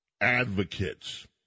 advocates